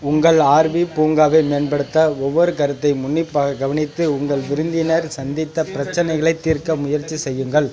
உங்கள் ஆர்வி பூங்காவை மேம்படுத்த ஒவ்வொரு கருத்தையும் உன்னிப்பாகக் கவனித்து உங்கள் விருந்தினர் சந்தித்த பிரச்சனைகளைத் தீர்க்க முயற்சி செய்யுங்கள்